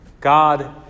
God